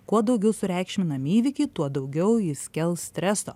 kuo daugiau sureikšminam įvykį tuo daugiau jis kels streso